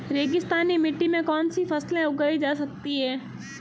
रेगिस्तानी मिट्टी में कौनसी फसलें उगाई जा सकती हैं?